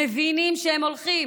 מבינים שהם הולכים